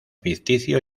ficticio